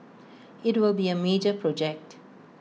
IT will be A major project